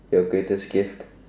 your greatest gift